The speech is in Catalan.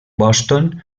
boston